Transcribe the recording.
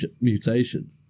mutation